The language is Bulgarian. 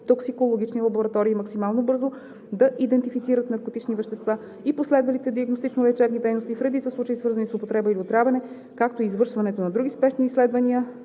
химико-токсикологични лаборатории максимално бързо да идентифицират наркотични вещества и последвалите диагностично-лечебни дейности в редица случаи, свързани с употреба или отравяне, както и извършването на други спешни изследвания